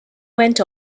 went